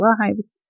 lives